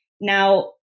Now